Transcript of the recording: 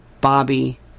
Bobby